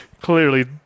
Clearly